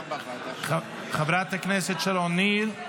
חברת הכנסת שרון ניר,